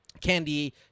Candy